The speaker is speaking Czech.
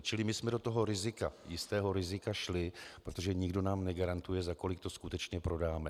Čili my jsme do toho rizika, jistého rizika šli, protože nikdo nám negarantuje, za kolik to skutečně prodáme.